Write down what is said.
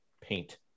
paint